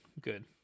Good